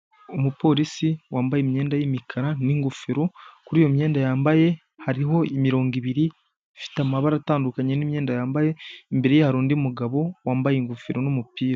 Umupolisi wambaye imyenda y'imikara n'ingofero kuri iyo myenda yambaye hariho imirongo ibiri, ifite amabara atandukanye n'imyenda yambaye, imbere hari undi mugabo wambaye ingofero n'umupira.